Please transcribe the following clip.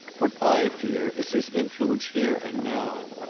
what i fear is his influence here and now.